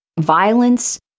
violence